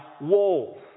walls